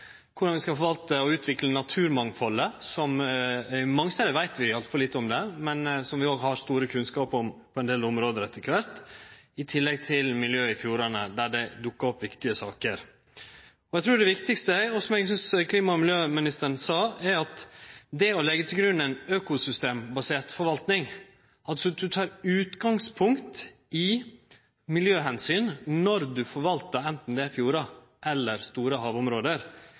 vi skal forvalte og utvikle naturmangfaldet. Mange stader veit vi altfor lite om det, men vi har òg store kunnskapar om det på ein del område etter kvart, i tillegg til miljøet i fjordane der det dukkar opp viktige saker. Eg trur, og som eg synest klima- og miljøministeren sa, at å leggje til grunn ei økosystembasert forvalting, og at ein tek utgangspunkt i miljøomsyn når ein forvaltar – enten det er fjordar eller det er store